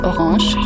Orange